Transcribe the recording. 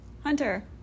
Hunter